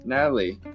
Natalie